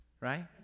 right